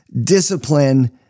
discipline